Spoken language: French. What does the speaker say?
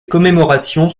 commémorations